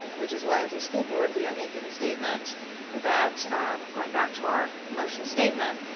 which is why as a school board we are making a statement that going back to our motion statement,